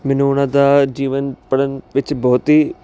ਮੈਨੂੰ ਉਹਨਾਂ ਦਾ ਜੀਵਨ ਪੜਨ ਵਿੱਚ ਬਹੁਤ ਹੀ